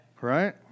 Right